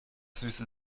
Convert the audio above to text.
süße